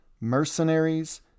mercenaries